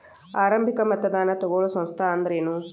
ಆರಂಭಿಕ್ ಮತದಾನಾ ತಗೋಳೋ ಸಂಸ್ಥಾ ಅಂದ್ರೇನು?